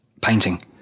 painting